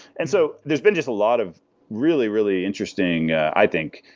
and so there's been just a lot of really really interesting, i think,